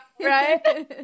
Right